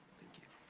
thank you.